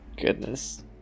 Goodness